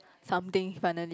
something finally